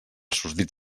susdit